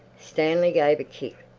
stanley gave a kick,